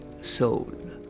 soul